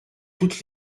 toutes